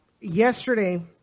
yesterday